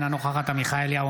אינה נוכחת עמיחי אליהו,